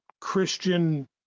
Christian